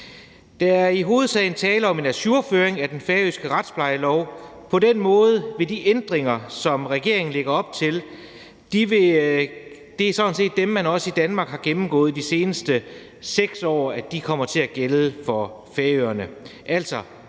er i hovedsagen tale om en ajourføring af den færøske retsplejelov. De ændringer, som regeringen lægger op til, er sådan set dem, man i Danmark har gennemgået de seneste 6 år, og som så kommer til at gælde for Færøerne,